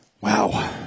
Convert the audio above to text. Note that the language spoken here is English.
Wow